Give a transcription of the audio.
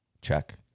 check